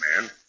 man